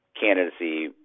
candidacy